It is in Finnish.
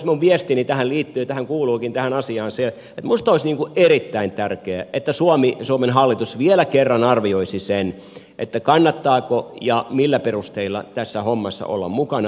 minun viestiini tässä liittyy tähän asiaan kuuluukin se että minusta olisi erittäin tärkeää että suomi suomen hallitus vielä kerran arvioisi sen kannattaako ja millä perusteilla tässä hommassa olla mukana